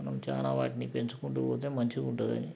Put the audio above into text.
మనం చాలా వాటిని పెంచుకుంటూపోతే మంచిగా ఉంటుంది